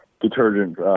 detergent